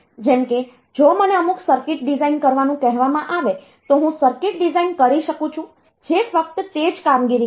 જેમ કે જો મને અમુક સર્કિટ ડિઝાઇન કરવાનું કહેવામાં આવે તો હું સર્કિટ ડિઝાઇન કરી શકું છું જે ફક્ત તે જ કામગીરી કરશે